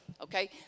Okay